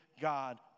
God